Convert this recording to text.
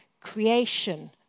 Creation